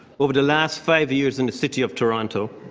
over the last five years in the city of toronto,